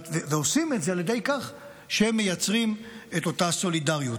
עושים את זה על ידי כך שמייצרים את אותה סולידריות.